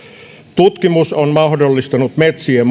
tutkimus on mahdollistanut metsien